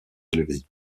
élevés